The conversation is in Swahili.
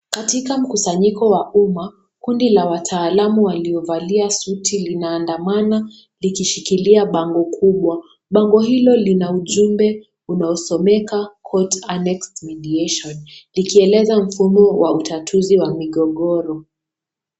Katika mkusanyiko wa umma kundi la watalaamu waliovalia suti linaandamana likishikilia bango kubwa. Bango hilo lina ujumbe unaosomeka "court a next mediation" likieleza mfumo wa utatuzi wa migogoro.